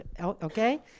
okay